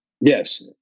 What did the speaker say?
Yes